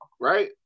right